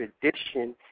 tradition